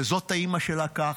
וזאת האימא שלה כך,